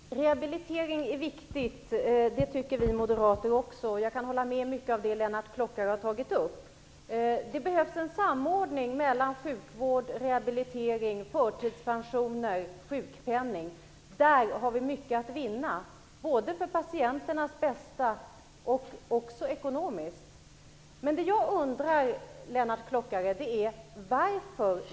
Herr talman! Rehabilitering är viktigt. Det tycker också vi moderater. Jag kan hålla med om mycket som Lennart Klockare har tagit upp. Det behövs en samordning mellan sjukvård rehabilitering, förtidspensioner och sjukpenning. Där har vi mycket att vinna både för patienternas bästa och ekonomiskt. Men det finns något som jag undrar över, Lennart Klockare.